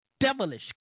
devilish